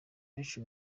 benshi